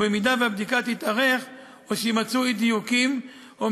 אם הבדיקה תתארך או שימצאו אי-דיוקים או